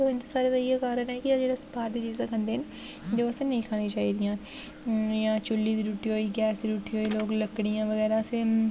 उं'दा सारें दा इ'यै कारण ऐ कि जेह्ड़ा अस बाह्र दियां चीज़ां खंदे जो असें नेईं खानी चाही दियां जि'यां चु'ल्ली दी रुट्टी होई ऐ गैस दी रुट्टी होई लोग लकड़ियां बगैरा असें